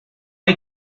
hay